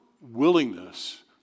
willingness